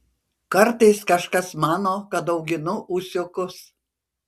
kartais kažkas mano kad auginu ūsiukus